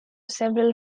several